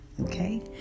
Okay